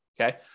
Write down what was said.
Okay